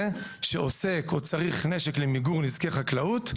שעוסק או צריך נשק למיגור נזקי חקלאות,